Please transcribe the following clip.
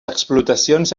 explotacions